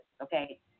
okay